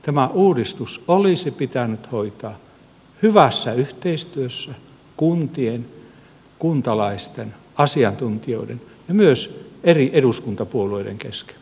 tämä uudistus olisi pitänyt hoitaa hyvässä yhteistyössä kuntien kuntalaisten asiantuntijoiden ja myös eri eduskuntapuolueiden kesken